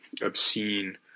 obscene